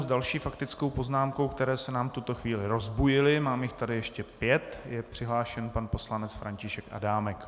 S další faktickou poznámkou, které se nám v tuto chvíli rozbujely, mám jich tady ještě pět, je přihlášen pan poslanec František Adámek.